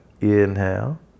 inhale